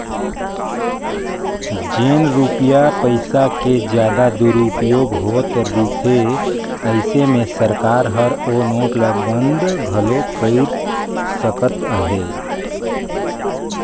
जेन रूपिया पइसा के जादा दुरूपयोग होत रिथे अइसे में सरकार हर ओ नोट ल बंद घलो कइर सकत अहे